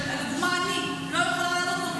לדוגמה אני לא יכולה לעשות זאת,